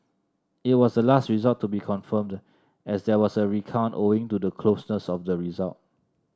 it was the last result to be confirmed as there was a recount owing to the closeness of the result